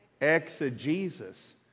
Exegesis